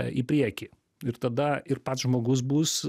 į priekį ir tada ir pats žmogus bus